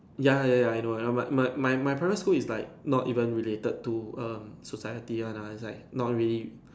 ya ya ya I know I know my my my my parents school is like not even related to um society one lah is like not really